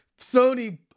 Sony